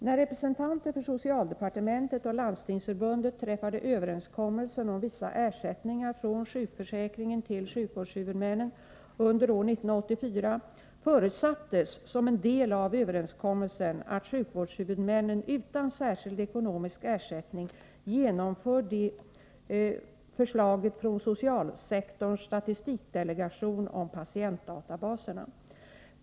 När representanter för socialdepartementet och Landstingsförbundet träffade överenskommelsen om vissa ersättningar från sjukförsäkringen till sjukvårdshuvudmännen under år 1984 förutsattes som en del av överenskommelsen, att sjukvårdshuvudmännen utan särskild ekonomisk ersättning genomför förslaget från socialsektorns statistikdelegation om patientdatabaserna.